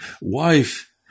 wife